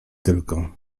tylko